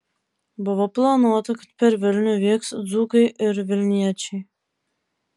buvo planuota kad per vilnių vyks dzūkai ir vilniečiai